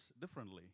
differently